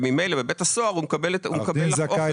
וממילא בבית הסוהר הוא מקבל --- עו"ד זכאי,